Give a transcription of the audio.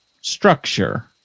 structure